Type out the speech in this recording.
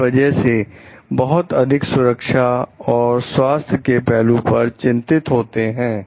इस वजह से वह बहुत अधिक सुरक्षा और स्वास्थ्य के पहलू पर चिंतित होते हैं